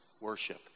worship